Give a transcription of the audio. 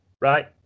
Right